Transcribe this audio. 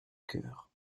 cœur